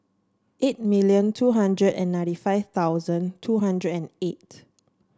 eight million two hundred and ninety five thousand two hundred and eight